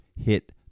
hit